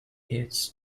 its